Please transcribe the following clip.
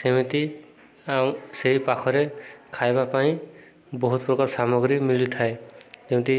ସେମିତି ଆଉ ସେଇ ପାଖରେ ଖାଇବା ପାଇଁ ବହୁତ ପ୍ରକାର ସାମଗ୍ରୀ ମଳିିଥାଏ ଯେମିତି